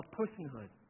personhood